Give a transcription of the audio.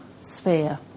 sphere